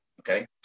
okay